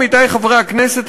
עמיתי חברי הכנסת,